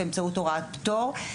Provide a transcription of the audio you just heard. באמצעות הוראת פטור.